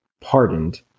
pardoned